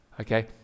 okay